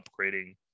upgrading